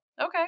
okay